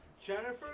Jennifer